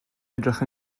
edrych